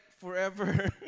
forever